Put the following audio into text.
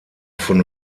von